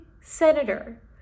senator